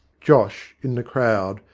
josh, in the crowd,